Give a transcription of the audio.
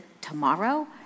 tomorrow